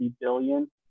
billion